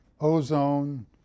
ozone